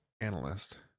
analyst